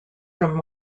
from